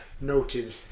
Noted